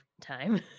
time